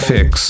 Fix